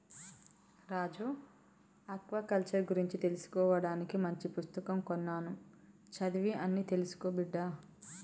రాజు aquaculture గురించి తెలుసుకోవానికి మంచి పుస్తకం కొన్నాను చదివి అన్ని తెలుసుకో బిడ్డా